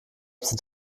sind